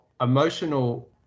emotional